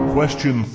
Question